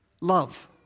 Love